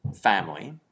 family